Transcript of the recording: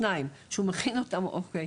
שניים, אוקיי,